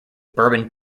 bourbon